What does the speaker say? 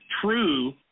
true